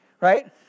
right